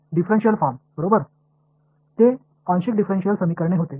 differential form बरोबर ते आंशिक डिफरेन्शिएल समीकरणे होते